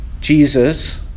Jesus